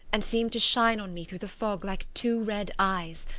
and seemed to shine on me through the fog like two red eyes,